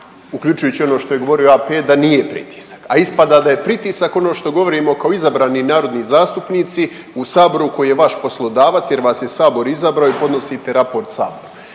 uključujući i ono što je govorio AP da nije pritisak, a ispada da je pritisak ono što govorimo kao izabrani narodni zastupnici u Saboru koji je vaš poslodavac jer vas je Sabor izabrao i podnosite raport Saboru.